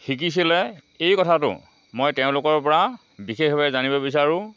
শিকিছিলে এই কথাটো মই তেওঁলোকৰ পৰা বিশেষভাৱে জানিব বিচাৰোঁ